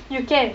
you can